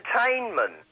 entertainment